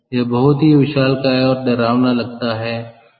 यह बहुत ही विशालकाय और डरावना लगता हैसंदर्भ समय 1804